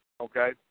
Okay